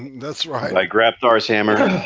that's right, i grabbed ours hammer,